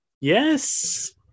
Yes